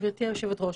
גברתי היושבת-ראש,